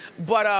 but,